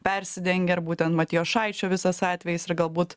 persidengia ar būtent matijošaičio visas atvejis ir galbūt